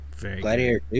Gladiator